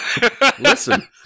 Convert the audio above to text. Listen